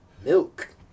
milk